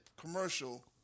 commercial